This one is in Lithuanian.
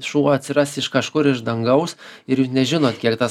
šuo atsiras iš kažkur iš dangaus ir jūs nežinot kiek tas